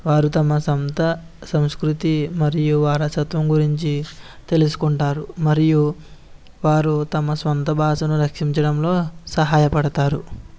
వారు తమ సొంత సంస్కృతి మరియు వారసత్వం గురించి తెలుసుకుంటారు మరియు వారు తమ సొంత భాషను రక్షించడంలో సహాయపడుతారు